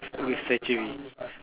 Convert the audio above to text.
with surgery